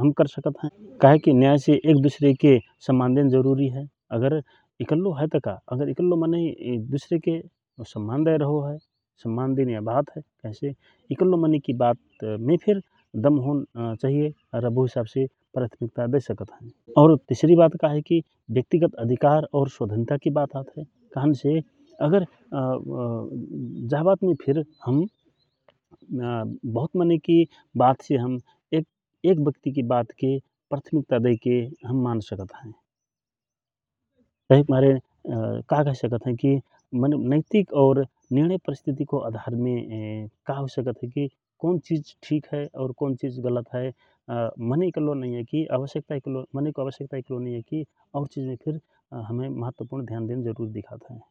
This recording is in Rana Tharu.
हम कर सकत हए । काहेकी न्यासे एक दूसरे के सम्मान देन जरूरि हए । अगर इकल्लो हए त का इकल्लो आदमी एक दूसरे के सम्मान दएरहो हए सम्मान देनियाँ वात हए कहेसे इकल्लो आदमीकी बातमे फिर दमहोन चहिए र बो हिसाव से प्रथामिक्ता दए सकत हए । और तिसरी बात का हए कि व्यक्तिगत बात और स्वतंत्रता की बात आत हए कहन्से अगर जा बात मे फिर हम बहुत मनैकि बातसे हम एक व्यक्तकि बात के प्राथमिकता दइके हम मान सकत हए तहिक मारे का कहि सकत हए । कहिके नैतिक और निर्णय प्रस्थितिको अधारमे का हुइसकत हए कि कौन चिज ठिक और कौन चिज गलत हए । मनइ इकल्लो नइया कि मनइको आवश्यकता इकल्लो नइया कि और चिजमे फिर हमके महत्व पुर्णमे ध्यान देन जरूरी दिखात हए ।